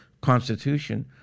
constitution